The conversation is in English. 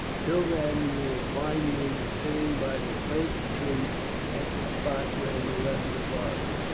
till then you will find me sitting by the first tree at the spot where we left the forest.